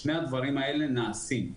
שני הדברים האלה נעשים.